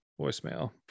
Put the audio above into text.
voicemail